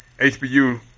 HBU